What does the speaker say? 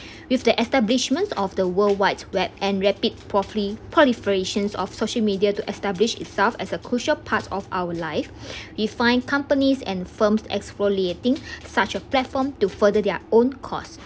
with the establishments of the worldwide web and rapid properly proliferations of social media to establish itself as a crucial part of our life we find companies and firms exfoliating such a platform to further their own cause